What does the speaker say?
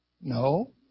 No